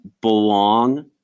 belong